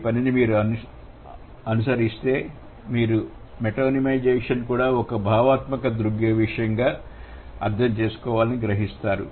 ఈ పనిని మీరు అనుసరిస్తే మీరు మెటోనిమైజేషన్ ను కూడా ఒక భావనాత్మక దృగ్విషయంగా అర్థం చేసుకోవాలని గ్రహిస్తారు